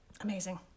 Amazing